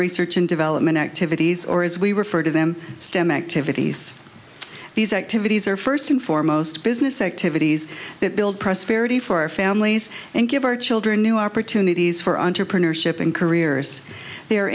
research and development activities or as we refer to them stem activities these activities are first and foremost business activities that build prosperity for our families and give our children new opportunities for entrepreneurship and careers they